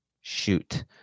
Shoot